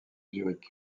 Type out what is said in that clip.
zurich